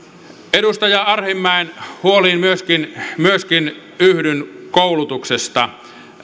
edustaja arhinmäen huoliin myöskin myöskin yhdyn koulutuksesta